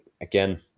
Again